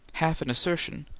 half in assertion,